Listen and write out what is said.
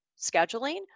scheduling